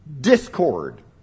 Discord